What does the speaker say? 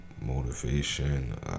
motivation